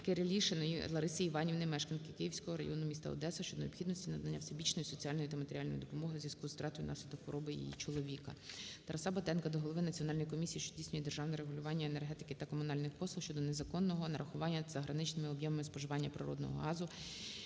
Лариси Іванівни, мешканки Київського району міста Одеса щодо необхідності надання всебічної соціальної та матеріальної допомоги у зв'язку із втратою внаслідок хвороби її чоловіка. ТарасаБатенка до голови Національної комісії, що здійснює державне регулювання у сферах енергетики та комунальних послуг щодо незаконного нарахування за граничними об'ємами споживання природного газу